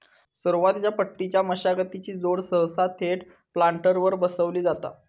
सुरुवातीच्या पट्टीच्या मशागतीची जोड सहसा थेट प्लांटरवर बसवली जाता